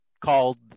called